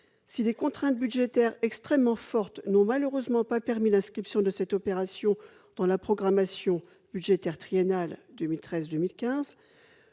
Si les contraintes budgétaires extrêmement fortes n'ont malheureusement pas permis l'inscription de cette opération dans la programmation budgétaire triennale 2013-2015,